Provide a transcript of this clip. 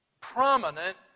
prominent